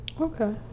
Okay